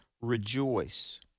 Rejoice